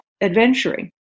adventuring